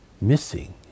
missing